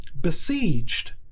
besieged